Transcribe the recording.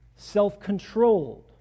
self-controlled